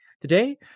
Today